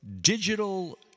digital